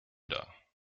dar